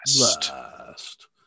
Last